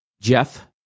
Jeff